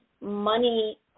money